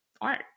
art